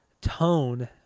tone